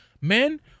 Men